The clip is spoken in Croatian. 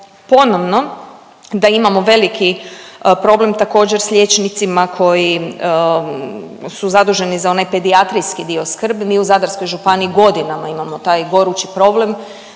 ponovno da imamo veliki problem također s liječnicima su zaduženi za onaj pedijatarski dio skrbi. Mi u Zadarskoj županiji godinama imamo taj gorući problem